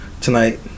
Tonight